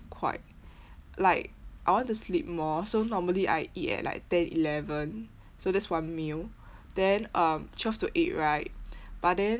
quite like I want to sleep more so normally I eat at like ten eleven so that's one meal then um twelve to eight right but then